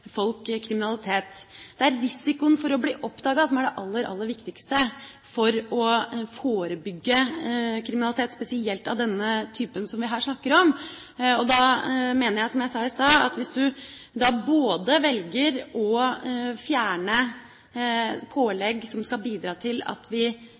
Det er risikoen for å bli oppdaget som er det aller viktigste for å forebygge kriminalitet, spesielt av denne typen som vi her snakker om. Jeg mener, som jeg sa i stad: Hvis man velger å fjerne pålegg som skal bidra til at vi